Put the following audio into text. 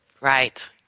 Right